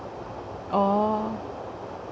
orh